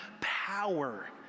power